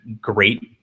great